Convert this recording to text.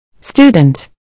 Student